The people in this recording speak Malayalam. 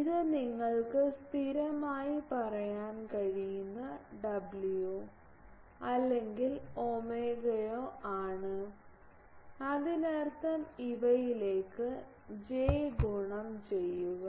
ഇത് നിങ്ങൾക്ക് സ്ഥിരമായി പറയാൻ കഴിയുന്ന w അല്ലെങ്കിൽ ഒമേഗയോ ആണ് അതിനർത്ഥം ഇവയിലേക്ക് ജെ ഗുണം ചെയ്യുക